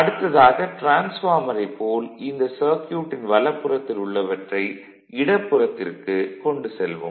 அடுத்ததாக டிரான்ஸ்பார்மரைப் போல் இந்த சர்க்யூட்டின் வலப்புறத்தில் உள்ளவற்றை இடப்புறத்திற்கு கொண்டு செல்வோம்